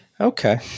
Okay